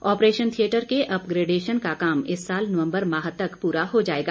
operation theatre के upgradation का काम इस साल नवम्बर माह में तक पूरा हो जाएगा